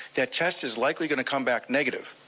that test is likely going to come back negative.